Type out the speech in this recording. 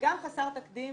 וגם חסר תקדים